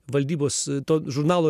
valdybos to žurnalo